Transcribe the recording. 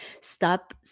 Stop